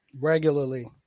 regularly